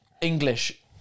English